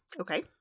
Okay